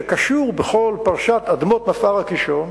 שקשור בכל פרשת אדמות מפער הקישון,